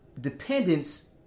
dependence